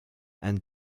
and